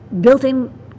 built-in